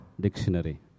Dictionary